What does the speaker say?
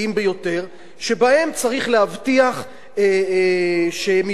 שצריך להבטיח שהם יהיו נגישים לכולם.